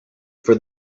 for